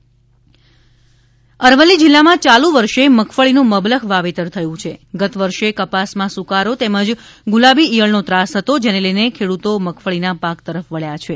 અરવલ્લી અરવલ્લી જિલ્લામાં ચાલુ વર્ષે મગફળીનું મબલખ વાવેતર થયું છે ગત વર્ષે કપાસમાં સુકારો તેમજ ગુલાબી ઇયળના ત્રાસ હતો જેને લઇને ખેડૂતો મગફળીના પાક તરફ વળ્યા છે